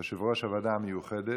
יושב-ראש הוועדה המיוחדת,